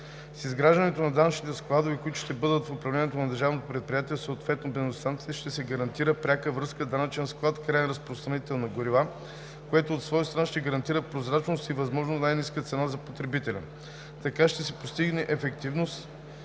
С изграждането на данъчните складове, които ще бъдат в управление на държавното предприятие, съответно на бензиностанции, ще се гарантира пряката връзка данъчен склад – краен разпространител на горива, което от своя страна ще гарантира прозрачност и възможно най-ниска цена за потребителя. Така ще се постигне ефективност,